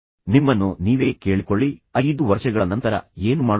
ನಿಮ್ಮನ್ನು ನೀವೇ ಕೇಳಿಕೊಳ್ಳಿ 5 ವರ್ಷಗಳ ನಂತರ ನೀವು ಏನು ಮಾಡುತ್ತೀರಿ